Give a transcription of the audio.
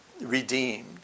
redeemed